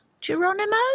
Geronimo